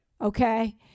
okay